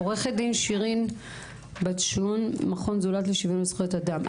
עו"ד שירין מכון זולת לשוויון וזכויות אדם.